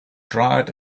dried